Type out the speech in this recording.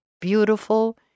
beautiful